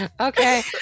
Okay